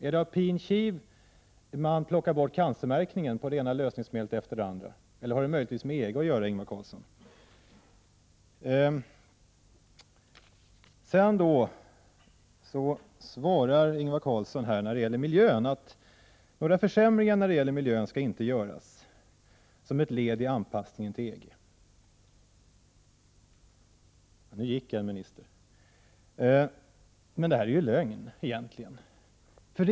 Är det på pin kiv man plockar bort cancermärkningen på det ena lösningsmedlet efter det andra? Eller har detta möjligtvis med EG att göra, Ingvar Carlsson? När det gäller miljön svarar Ingvar Carlsson att några försämringar skall inte göras, som ett led i anpassningen till EG — nu gick en minister! Men detta är egentligen lögn.